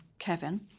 kevin